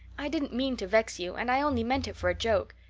i didn't mean to vex you and i only meant it for a joke.